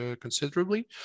considerably